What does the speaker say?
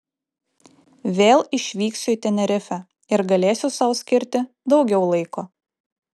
vėl išvyksiu į tenerifę ir galėsiu sau skirti daugiau laiko